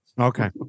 Okay